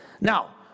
Now